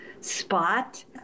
spot